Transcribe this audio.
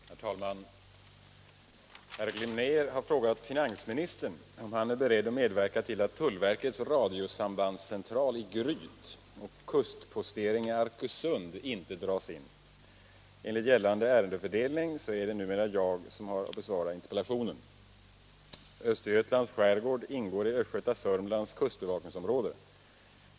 Herr talman! Herr Glimnér har frågat finansministern om han är beredd att medverka till att tullverkets radiosambandscentral i Gryt och kustpostering i Arkösund inte dras in. Enligt gällande ärendefördelning är det numera jag som har att besvara interpellationen. Östergötlands skärgård ingår i Östgöta-Sörmlands kustbevakningsområde.